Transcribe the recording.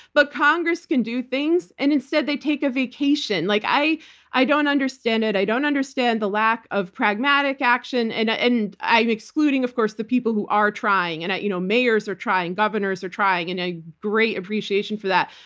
but congress can do things, and instead, they take a vacation. like i i don't understand it, i don't understand the lack of pragmatic action, and ah and i'm excluding, of course, the people who are trying. and you know mayors are trying, governors are trying, and a great appreciation for that.